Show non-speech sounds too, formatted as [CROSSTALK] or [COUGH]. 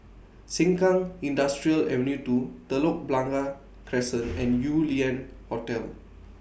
Sengkang Industrial Avenue two Telok Blangah Crescent [NOISE] and Yew Lian Hotel